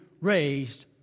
raised